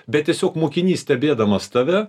bet tiesiog mokinys stebėdamas tave